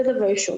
זה דבר ראשון.